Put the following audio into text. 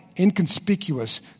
inconspicuous